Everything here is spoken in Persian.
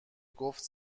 گفت